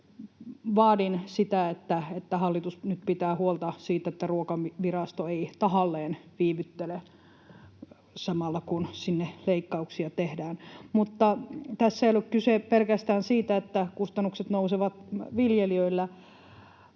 Vaadin sitä, että hallitus nyt pitää huolta siitä, että Ruokavirasto ei tahallaan viivyttele samalla, kun sinne leikkauksia tehdään. Mutta tässä ei ole kyse pelkästään siitä, että kustannukset nousevat viljelijöillä.